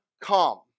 come